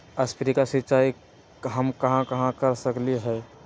Sprinkle सिंचाई हम कहाँ कहाँ कर सकली ह?